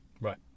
right